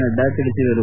ನಡ್ಡಾ ಹೇಳಿದರು